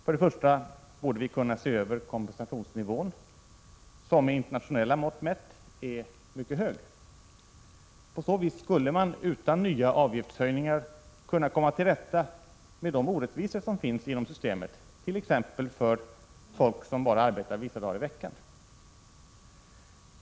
För det första borde vi kunna se över kompensationsnivån, som med internationella mått mätt är mycket hög. På så vis skulle man utan nya avgiftshöjningar kunna komma till rätta med de orättvisor som finns inom systemet, t.ex. för folk som arbetar bara vissa dagar i veckan.